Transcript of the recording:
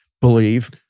believe